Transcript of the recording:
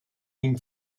ihm